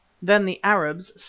then the arabs,